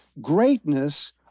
greatness